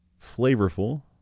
flavorful